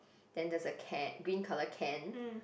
then there's a can green color can